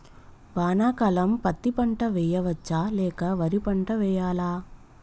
వానాకాలం పత్తి పంట వేయవచ్చ లేక వరి పంట వేయాలా?